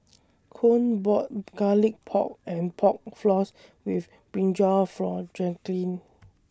Coen bought Garlic Pork and Pork Floss with Brinjal For Jaquelin